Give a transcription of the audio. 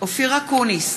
אופיר אקוניס,